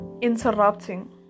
Interrupting